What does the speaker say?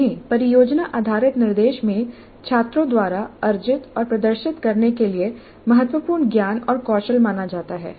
इन्हें परियोजना आधारित निर्देश में छात्रों द्वारा अर्जित और प्रदर्शित करने के लिए महत्वपूर्ण ज्ञान और कौशल माना जाता है